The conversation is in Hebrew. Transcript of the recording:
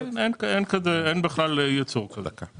כן, אין בכלל יצור כזה.